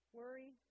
worry